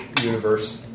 Universe